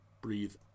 breathe